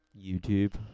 YouTube